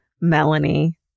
Melanie